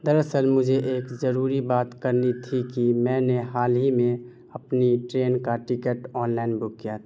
دراصل مجھے ایک ضروری بات کرنی تھی کہ میں نے حال ہی میں اپنی ٹرین کا ٹکٹ آن لائن بک کیا تھا